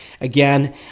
again